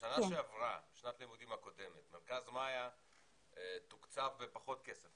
בשנה שעברה בשנת הלימודים הקודמת מרכז 'מאיה' תוקצב בפחות כסף.